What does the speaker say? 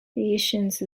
patience